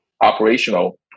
operational